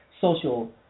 social